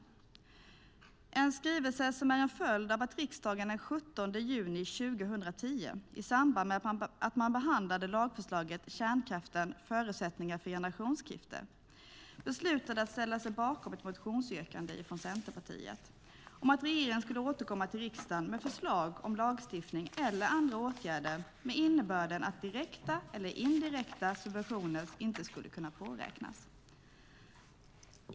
Det är en skrivelse som är en följd av att riksdagen den 17 juni 2010, i samband med att vi behandlade lagförslaget Kärnkraften - förutsättningar för generationsskifte , beslutade att ställa sig bakom ett motionsyrkande från Centerpartiet om att regeringen skulle återkomma till riksdagen med förslag om lagstiftning eller andra åtgärder med innebörden att direkta eller indirekta subventioner inte skulle kunna påräknas.